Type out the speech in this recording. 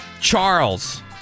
Charles